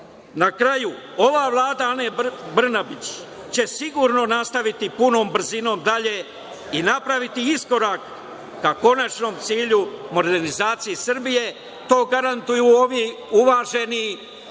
kraju, ova Vlada Ane Brnabić, će sigurno nastaviti punom brzinom dalje i napraviti iskorak ka konačnom cilju modernizacije Srbije. To garantuju ovi uvaženi,